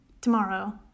tomorrow